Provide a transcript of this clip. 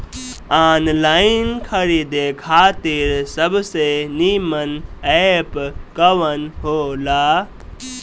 Online खरीदे खातिर सबसे नीमन एप कवन हो ला?